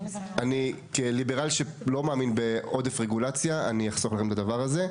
אני כליברל שלא מאמין בעודף רגולציה אני אחסוך לכם את הדבר הזה.